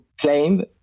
claim